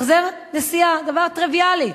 החזר נסיעה, דבר טריוויאלי.